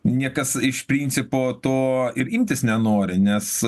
niekas iš principo to ir imtis nenori nes